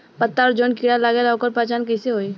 पत्ता पर जौन कीड़ा लागेला ओकर पहचान कैसे होई?